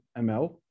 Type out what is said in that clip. mL